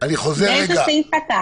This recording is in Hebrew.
באיזה סעיף אתה?